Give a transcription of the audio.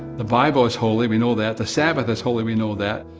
the bible is holy, we know that. the sabbath is holy, we know that.